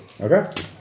Okay